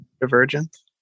divergence